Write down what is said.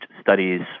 studies